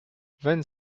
vingt